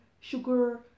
sugar